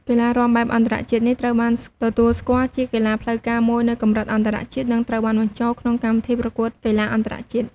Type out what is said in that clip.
កីឡារាំបែបអន្តរជាតិនេះត្រូវបានទទួលស្គាល់ជាកីឡាផ្លូវការមួយនៅកម្រិតអន្តរជាតិ និងត្រូវបានបញ្ចូលក្នុងកម្មវិធីប្រកួតកីឡាអន្តរជាតិ។